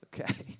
Okay